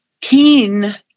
keen